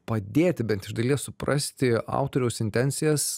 padėti bent iš dalies suprasti autoriaus intencijas